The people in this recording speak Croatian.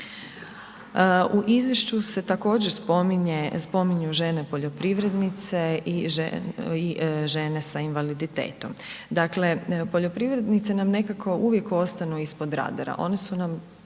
U Izvješću se također spominju žene poljoprivrednice i žene sa invaliditetom. Dakle, poljoprivrednice nam nekako uvijek ostanu ispod radara.